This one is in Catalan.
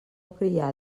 crià